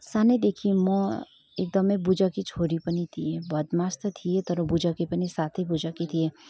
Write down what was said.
सानैदेखि म एकदमै बुजकी छोरी पनि थिएँ बदमास त थिएँ तर बुजकी पनि साथै बुजकी थिएँ